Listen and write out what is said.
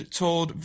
told